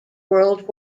world